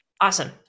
Awesome